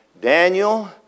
Daniel